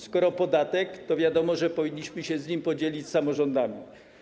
Skoro podatek, to wiadomo, że powinniśmy się z nim podzielić z samorządami.